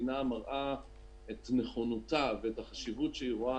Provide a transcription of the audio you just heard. שהמדינה מראה את נכונותה ואת החשיבות שהיא רואה